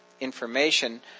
information